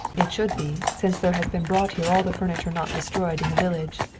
it should be, since there has been brought here all the furniture not destroyed in the village.